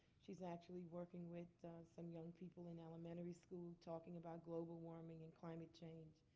she's actually working with some young people in elementary school talking about global warming and climate change.